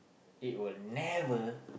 it will never